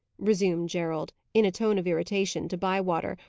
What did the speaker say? resumed gerald, in a tone of irritation, to bywater,